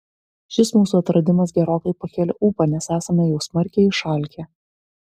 šis mūsų atradimas gerokai pakelia ūpą nes esame jau smarkiai išalkę